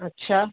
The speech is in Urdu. اچھا